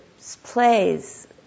plays